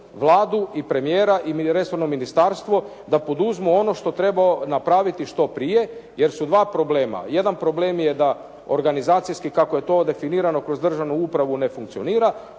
Vladu i premijera i resorno ministarstvo da poduzmu ono što treba napraviti što prije jer su dva problema. Jedan problem je da organizacijski kako je to definirano kroz državnu upravu ne funkcionira.